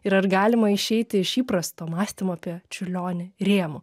ir ar galima išeiti iš įprasto mąstymo apie čiurlionį rėmų